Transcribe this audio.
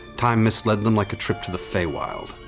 time misled them like a trip to the feywild.